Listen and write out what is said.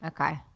Okay